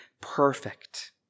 perfect